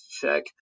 Check